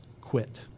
quit